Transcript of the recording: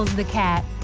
the hatchet.